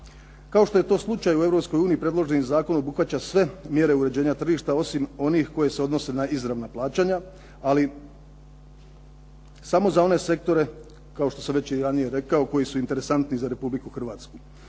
Kao što je to slučaj u Europskoj uniji, predloženi zakon obuhvaća sve mjere uređenja tržišta osim onih koje se odnose na izravna plaćanja, ali samo za one sektore, kao što sam već i ranije